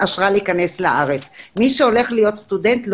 מי שהולך להיות סטודנט,